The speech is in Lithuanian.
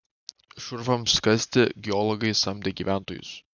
šurfams kasti geologai samdė gyventojus